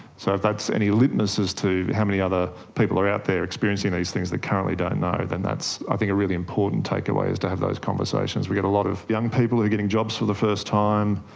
so if that is any litmus as to how many other people are out there experiencing these things that currently don't know, then that's i think a really important take-away, is to have those conversations. we've got a lot of young people who are getting jobs for the first time,